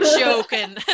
joking